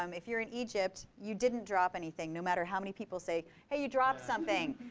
um if you're in egypt, you didn't drop anything, no matter how many people say, hey, you dropped something.